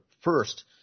first